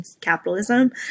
capitalism